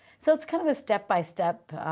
so it's kind of a step by step